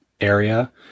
area